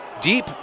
Deep